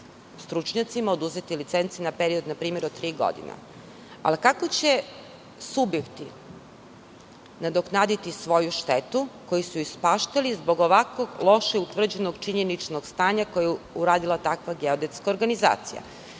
stručnjacima oduzimati licence na period od npr. tri godine. Kako će subjekti nadoknaditi svoju štetu koju su ispaštali zbog ovako loše utvrđenog činjeničnog stanja koje je uradila takva geodetska organizacija?